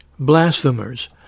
Blasphemers